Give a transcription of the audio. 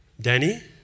Danny